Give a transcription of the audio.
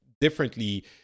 differently